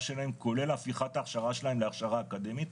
שלהם כולל הפיכת ההכשרה שלהם להכשרה אקדמית,